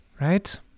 Right